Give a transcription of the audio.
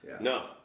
No